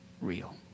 real